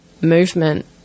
movement